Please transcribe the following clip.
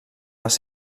les